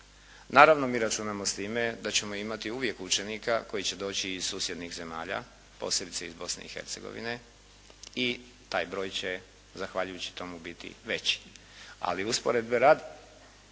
Naravno mi računamo s time da ćemo imati uvijek učenika koji će doći iz susjednih zemalja, posebice iz Bosne i Hercegovine i taj broj će zahvaljujući tomu biti veći. Ali usporedbe radi,